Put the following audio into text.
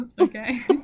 Okay